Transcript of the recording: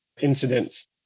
Incidents